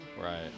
Right